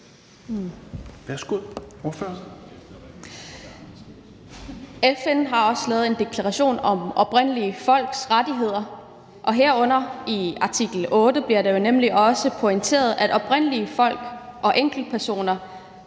FN har lavet en deklaration om oprindelige folks rettigheder, og her bliver det jo i artikel 8 nemlig også pointeret, at oprindelige folk og enkeltpersoner